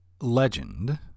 legend